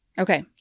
Okay